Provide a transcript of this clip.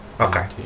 Okay